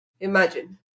Imagine